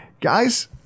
Guys